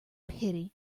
pity